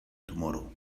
tomorrow